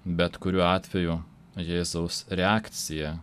bet kuriuo atveju jėzaus reakcija